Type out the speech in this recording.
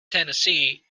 tennessee